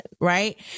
Right